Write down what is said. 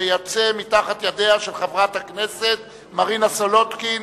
שיצאה מתחת ידיה של חברת הכנסת מרינה סולודקין.